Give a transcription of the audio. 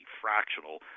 fractional –